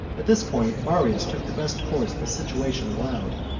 at this point marius took the best course the situation allowed,